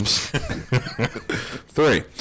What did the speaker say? Three